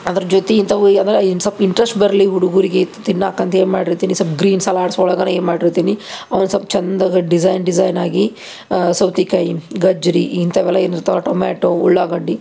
ಅದ್ರ ಜೊತೆ ಇಂಥವು ಅಂದ್ರೆ ಇನ್ನೂ ಸ್ವಲ್ಪ ಇಂಟ್ರಸ್ಟ್ ಬರಲಿ ಹುಡ್ಗುರಿಗೆ ತಿನ್ನಕ್ಕ ಅಂತ ಏನು ಮಾಡಿರ್ತೀನಿ ಸ್ವಲ್ಪ ಗ್ರೀನ್ ಸಲಾಡ್ಸ್ ಒಳಗೇನ ಏನು ಮಾಡಿರ್ತೀನಿ ಅವನ್ನು ಸ್ವಲ್ಪ ಚಂದದ ಡಿಸೈನ್ ಡಿಸೈನಾಗಿ ಸೌತೆಕಾಯಿ ಗಜ್ಜರಿ ಇಂಥವೆಲ್ಲ ಏನಿರ್ತಾವೆ ಟೊಮೆಟೋ ಉಳ್ಳಾಗಡ್ಡಿ